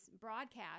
broadcast